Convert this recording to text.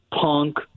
Punk